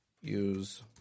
Use